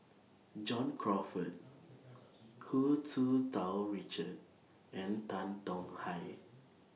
John Crawfurd Hu Tsu Tau Richard and Tan Tong Hye